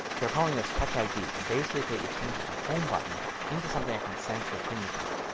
they are calling this touch id. and basically it changes the home button into something that can sense your fingerprint.